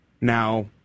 Now